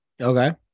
Okay